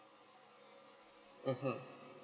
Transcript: mmhmm